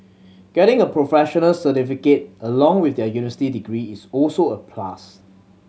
getting a professional certificate along with their university degree is also a plus